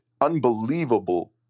unbelievable